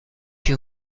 you